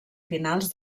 finals